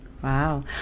Wow